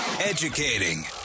Educating